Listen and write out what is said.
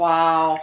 Wow